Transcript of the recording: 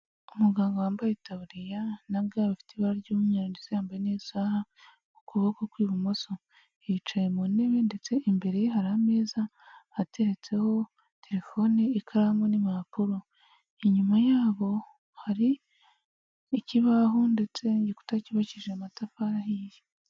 Umuganga wambaye itaburiya na ga bifite ibara ry'umweru ndetse yambaye n'isaha mu kuboko kw'ibumoso. Yicaye mu ntebe ndetse imbere ye hari ameza ateretseho telefoni, ikaramu, n'impapuro. Inyuma yabo hari ikibaho ndetse n'igikuta cyubakishije amatafari ahiye.